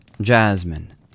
Jasmine